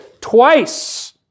twice